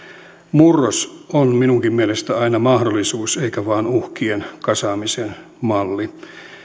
murros on minunkin mielestäni aina mahdollisuus eikä vain uhkien kasaamisen malli